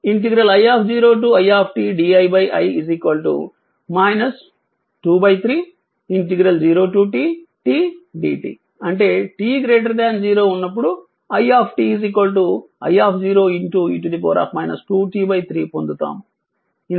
iidi i 2 3 0t t dt అంటే t 0 ఉన్నప్పుడు i i e 2t 3 పొందుతాము